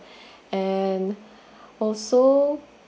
and also